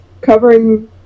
covering